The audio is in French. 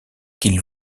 qu’il